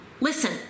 Listen